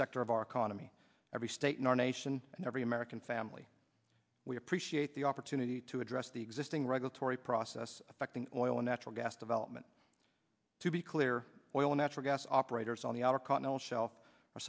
sector of our economy every state in our nation and every american family we appreciate the opportunity to address the existing regulatory process affecting oil and natural gas development to be clear oil natural gas operators on